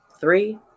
Three